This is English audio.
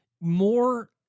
more